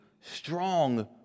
strong